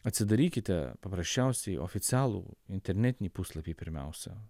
atsidarykite paprasčiausiai oficialų internetinį puslapį pirmiausia